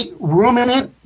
ruminant